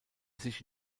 sich